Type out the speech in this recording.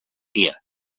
here